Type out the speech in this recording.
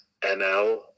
ML